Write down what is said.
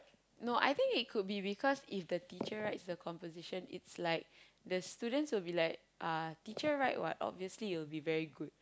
no I think it could because if the teacher writes the compositions it's like the students will be like teacher write what obviously it will be very good